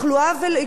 כבוד השר,